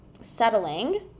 settling